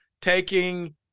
taking